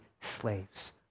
slaves